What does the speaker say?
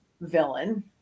villain